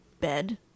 bed